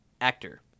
actor